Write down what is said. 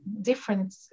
different